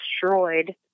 destroyed